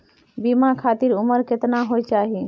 बीमा खातिर उमर केतना होय चाही?